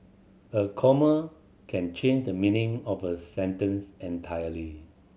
a comma can change the meaning of a sentence entirely